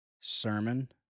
sermon